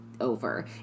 over